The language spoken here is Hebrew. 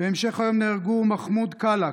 בהמשך היום נהרגו בתאונה מחמוד קלק,